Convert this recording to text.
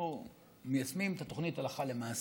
אנחנו מיישמים את התוכנית הלכה למעשה